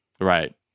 Right